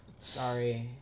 sorry